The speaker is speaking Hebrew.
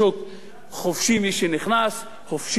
חופשי מי שנכנס, חופשי מי שיוצא.